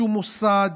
שום מוסד